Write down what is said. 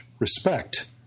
respect